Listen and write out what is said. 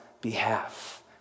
behalf